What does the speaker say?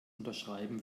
unterschreiben